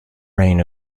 reign